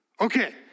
Okay